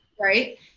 right